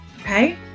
Okay